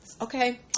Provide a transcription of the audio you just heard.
Okay